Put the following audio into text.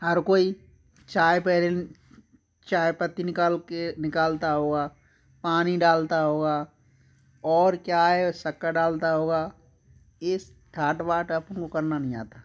हर कोई चाय चाय पत्ती निकाल के निकालता होगा पानी डालता होगा और क्या है शक्कर डालता होगा इस ठाट बाट अपन को करना नहीं आता